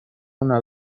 una